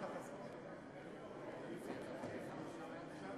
ורבים-רבים אחרים שלא אזכיר כאן, שקיבלו פרסים